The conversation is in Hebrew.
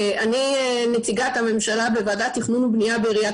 אני נציגת הממשלה בוועדת תכנון ובנייה בעיריית